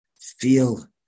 feel